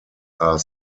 are